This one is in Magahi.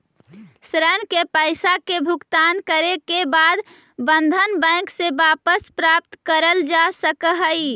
ऋण के पईसा के भुगतान करे के बाद बंधन बैंक से वापस प्राप्त करल जा सकऽ हई